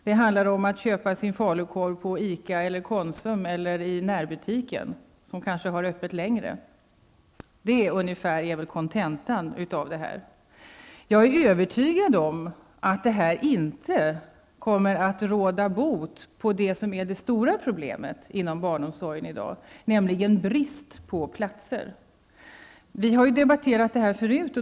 Det handlar om att köpa sin falukorv på ICA, Konsum eller närbutiken, som kanske har öppet längre. Det är väl ungefär kontentan av detta. Jag är övertygad om att detta inte kommer att råda bot på det stora problemet inom barnomsorgen i dag, nämligen brist på platser. Vi har ju debatterat det här förut.